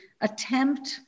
attempt